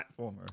platformer